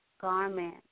garment